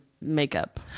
makeup